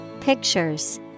pictures